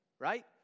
right